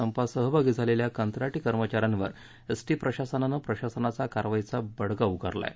संपात सहभागी झालेल्या कंत्राटी कर्मचाऱ्यांवर एसटी प्रशासनाने प्रशासनाचा कारवाईचा बडगा उगारला आहे